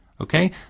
Okay